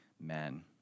men